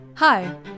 Hi